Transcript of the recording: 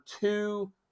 two